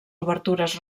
obertures